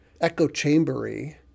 echo-chambery